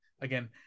Again